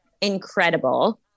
incredible